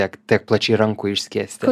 tiek tiek plačiai rankų išskėsti